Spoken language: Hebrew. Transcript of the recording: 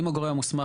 אם הגורם המוסמך,